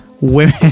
women